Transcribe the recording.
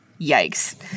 Yikes